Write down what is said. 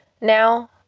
now